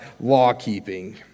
law-keeping